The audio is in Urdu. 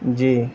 جی